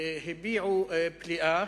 הביעו פליאה